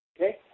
Okay